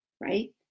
right